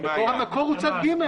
הרי המקור הוא צד ג'.